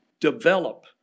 develop